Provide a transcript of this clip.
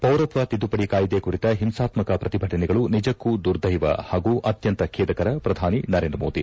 ಪೌರತ್ವ ತಿದ್ದುಪಡಿ ಕಾಯಿದೆ ಕುರಿತ ಹಿಂಸಾತ್ಮಕ ಪ್ರತಿಭಟನೆಗಳು ನಿಜಕ್ಕೂ ದುರ್ದೈವ ಹಾಗೂ ಅತ್ಯಂತ ಖೇದಕರ ಪ್ರಧಾನಿ ನರೇಂದ್ರ ಮೋದಿ